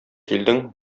килдең